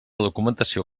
documentació